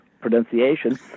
pronunciation